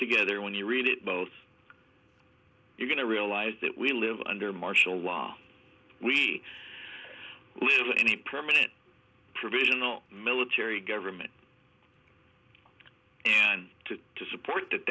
together when you read it both you're going to realize that we live under martial law we live in a permanent provisional military government and to support that